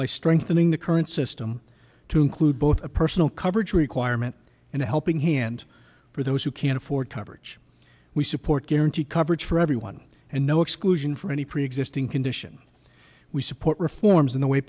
by strengthening the current system to include both a personal coverage requirement and a helping hand for those who can afford coverage we support guarantee coverage for everyone and no exclusion for any preexisting condition we support reforms in the way